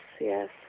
yes